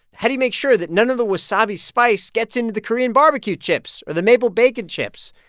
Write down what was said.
how do you make sure that none of the wasabi spice gets into the korean barbecue chips or the maple bacon chips?